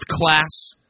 class